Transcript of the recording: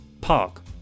park